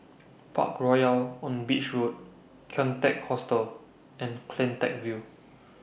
Parkroyal on Beach Road Kian Teck Hostel and CleanTech View